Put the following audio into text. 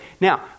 Now